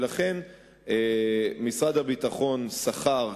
ולכן משרד הביטחון שכר,